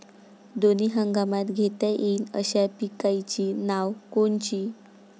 दोनी हंगामात घेता येईन अशा पिकाइची नावं कोनची?